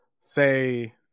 say